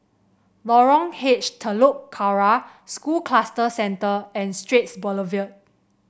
Lorong H Telok Kurau School Cluster Centre and Straits Boulevard